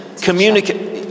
communicate